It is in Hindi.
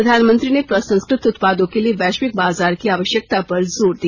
प्रधानमंत्री ने प्रसंस्कृत उत्पादों के लिए वैश्विक बाजार की आवश्यकता पर जोर दिया